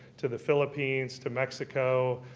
to the philippines, to mexico,